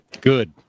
Good